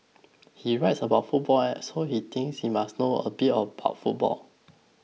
he writes about football and so he thinks he must know a bit about football